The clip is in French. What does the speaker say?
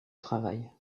travail